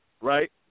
right